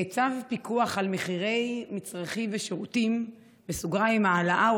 צו פיקוח על מחירי מצרכים ושירותים (העלאה או